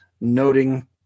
noting